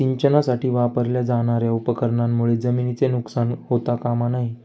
सिंचनासाठी वापरल्या जाणार्या उपकरणांमुळे जमिनीचे नुकसान होता कामा नये